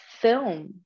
film